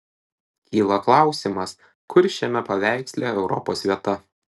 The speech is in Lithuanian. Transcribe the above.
kyla klausimas kur šiame paveiksle europos vieta